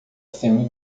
sendo